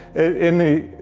in the,